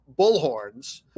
bullhorns